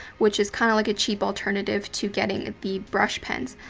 which is kinda like a cheap alternative to getting the brush pens.